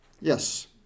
Yes